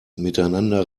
miteinander